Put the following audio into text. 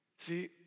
See